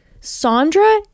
Sandra